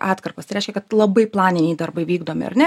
atkarpas tai reiškia kad labai planiniai darbai vykdomi ar ne